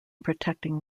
protecting